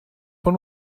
von